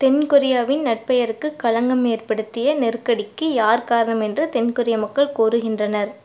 தென் கொரியாவின் நற்பெயருக்குக் களங்கம் ஏற்படுத்திய நெருக்கடிக்கு யார் காரணம் என்று தென் கொரியா மக்கள் கோருகின்றனர்